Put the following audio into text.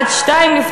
עד 02:00,